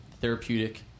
therapeutic